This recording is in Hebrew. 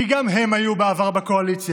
כי גם הם היו בעבר בקואליציה,